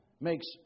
makes